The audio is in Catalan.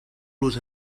los